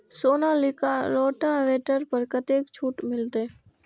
Sonalika rotavator पर कतेक छूट मिलते?